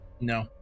no